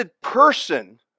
person